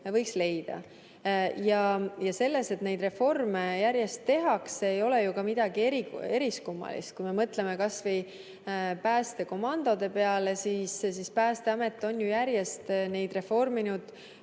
kokkuhoiukohti. Selles, et neid reforme järjest tehakse, ei ole ju midagi eriskummalist. Kui me mõtleme kas või päästekomandode peale, siis Päästeamet on ju järjest neid reforminud